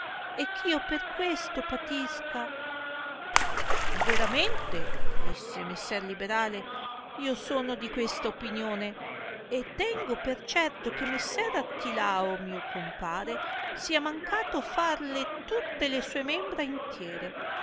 e ch'io per questo patisca veramente disse messer liberale io sono di questa opinione e tengo per certo che messer artilao mio compare sia mancato farle tutte le sue membra intiere